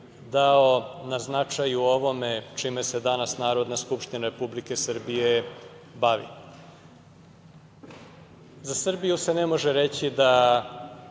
dao na značaju ovome čime se danas Narodna skupština Republike Srbije bavi.Za Srbiju se ne može reći da